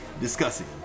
discussing